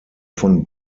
von